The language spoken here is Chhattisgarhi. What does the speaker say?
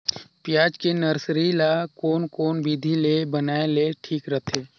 पियाज के नर्सरी ला कोन कोन विधि ले बनाय ले ठीक रथे?